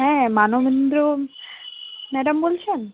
হ্যাঁ মানবেন্দ্র ম্যাডাম বলছেন